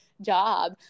job